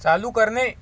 चालू करणे